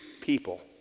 people